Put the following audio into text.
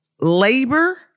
labor